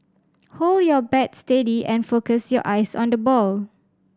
hold your bat steady and focus your eyes on the ball